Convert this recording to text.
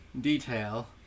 detail